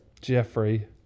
Jeffrey